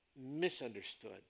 misunderstood